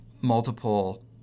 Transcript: multiple